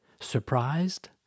Surprised